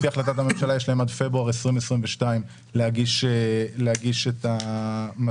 לפי החלטת הממשלה יש להם עד פברואר 2022 להגיש את המסקנות,